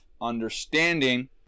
understanding